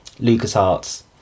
LucasArts